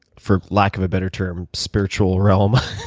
for lack of a better term, spiritual realm,